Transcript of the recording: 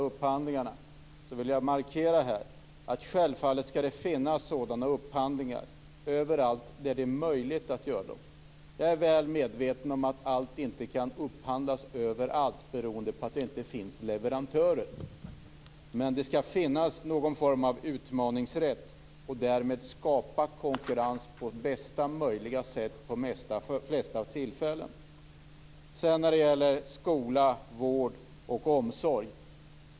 Jag vill markera att man självfallet skall göra kommunal upphandling överallt där det är möjligt. Jag är väl medveten om att allt inte kan upphandlas överallt. Det finns inte leverantörer. Men det skall finnas en utmaningsrätt, så att man kan skapa konkurrens på bästa möjliga sätt vid så många tillfällen som möjligt.